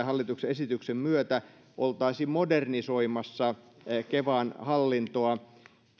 hallituksen esityksen myötä oltaisiin modernisoimassa kevan hallintoa